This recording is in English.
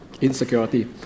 insecurity